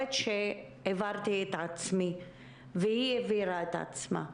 חושבת שהבהרתי את עצמי והיא הבהירה את עצמה.